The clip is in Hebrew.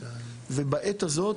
בעת הזאת,